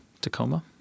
Tacoma